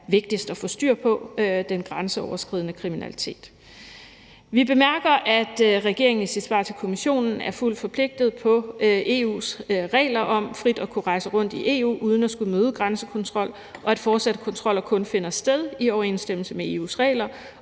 vigtigst at få styr på. Vi bemærker, at regeringen i sit svar til Kommissionen er fuldt forpligtet på EU's regler om frit at kunne rejse rundt i EU uden at skulle møde grænsekontrol, og at fortsatte kontroller kun finder sted i overensstemmelse med EU's regler